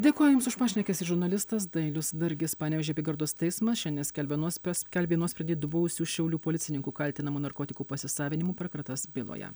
dėkoju jums už pašnekesį žurnalistas dailius dargis panevėžio apygardos teismas šiandien skelbia nuos pa skelbė nuosprendį du buvusių šiaulių policininkų kaltinamų narkotikų pasisavinimu per kratas byloje